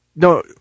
No